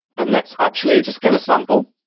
um let's actually just get a sample.